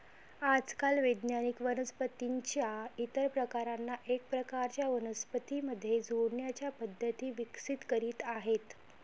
आजकाल वैज्ञानिक वनस्पतीं च्या इतर प्रकारांना एका प्रकारच्या वनस्पतीं मध्ये जोडण्याच्या पद्धती विकसित करीत आहेत